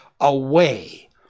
away